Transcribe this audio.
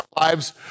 lives